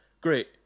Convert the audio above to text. great